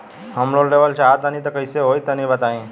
हम लोन लेवल चाहऽ तनि कइसे होई तनि बताई?